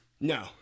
No